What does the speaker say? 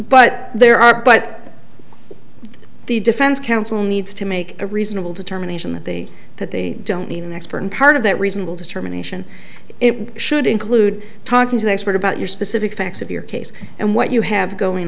but there are but the defense counsel needs to make a reasonable determination that they that they don't need an expert and part of that reasonable determination it should include talking to the expert about your specific facts of your case and what you have going